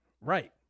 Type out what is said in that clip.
right